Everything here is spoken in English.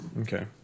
Okay